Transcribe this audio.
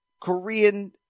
Korean